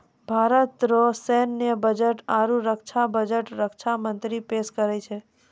भारत रो सैन्य बजट आरू रक्षा बजट रक्षा मंत्री पेस करै छै